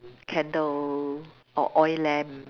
candle or oil lamp